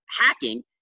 hacking